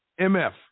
MF